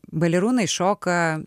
balerūnai šoka